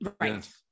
Right